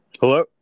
hello